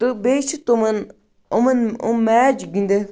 تہٕ بیٚیہِ چھِ تِمَن یِمَن یِم میچ گِنٛدِتھ